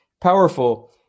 powerful